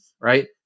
right